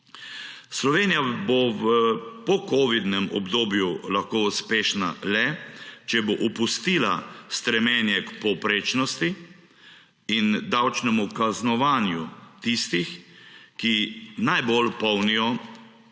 Slovenija bo v pocovidnem obdobju lahko uspešna le, če bo opustila strmenje k povprečnosti in davčnemu kaznovanju tistih, ki najbolj polnijo